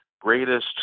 greatest